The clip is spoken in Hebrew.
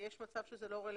יש מצב שזה לא רלוונטי.